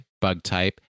Bug-type